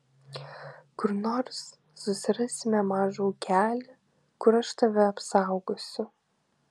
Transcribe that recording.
kur nors susirasime mažą ūkelį kur aš tave apsaugosiu